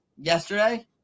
yesterday